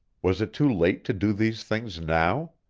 was it too late to do these things now?